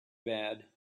bad